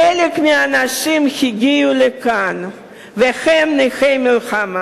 חלק מהאנשים הגיעו לכאן והם נכי מלחמה,